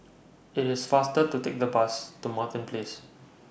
IT IS faster to Take The Bus to Martin Place